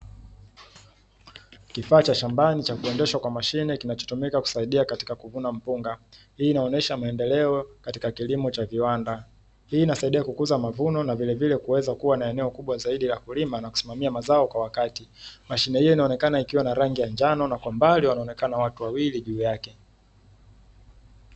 Kifaa cha shambani chaendeshwa na mashine kinachoumika kusaidia katika kuvuna mpunga, hii inaonyesha maendeleo katika kilimo cha viwanda. Hii inasaidia kukuza mavuno na vilevile kuwa na eneo kubwa zaidi la kulima na kusimamia mazao kwa wakati, mashine hiyo inaonekana ikiwa ina rangi ya njano na kwa mbali wanaonekana watu wawili juu yake.